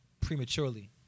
prematurely